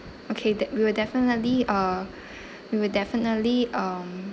okay def~ we will definitely uh we will definitely um